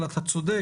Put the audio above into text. אבל אתה צודק,